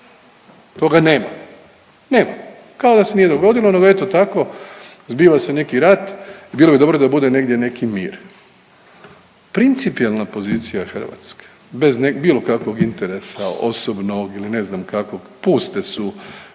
Toga nema, nema ga, kao da se nije dogodilo nego eto tako zbiva se neki rat, bilo bi dobro da bude negdje neki mir. Principijelna pozicija Hrvatske bez bilo kakvog interesa osobnog ili ne znam kakvog puste su